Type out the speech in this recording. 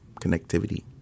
Connectivity